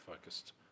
focused